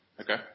okay